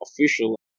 official